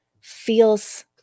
feels